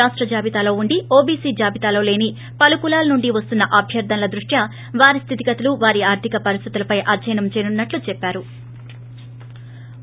రాష్ట జాబితాలో ఉండి ఓబిసి జాబితాలో లేని పలు కులాల నుండి వస్తున్న అభ్యర్ధనలు ధ్రుష్ట్యాని వారి స్థితి గతులు వారి ఆర్థిక పరిస్థితులపై అధ్యయనం చేయనున్నట్లు ఆయన చెప్పారు